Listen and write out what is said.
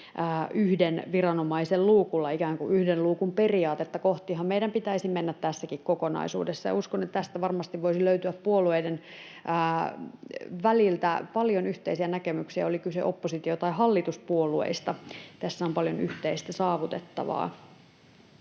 yhden viranomaisen luukulla — ikään kuin yhden luukun periaatetta kohtihan meidän pitäisi mennä tässäkin kokonaisuudessa, ja uskon, että tästä varmasti voisi löytyä puolueiden välillä paljon yhteisiä näkemyksiä, oli kyse oppositio- tai hallituspuolueista. Tässä on paljon yhteistä saavutettavaa.